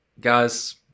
Guys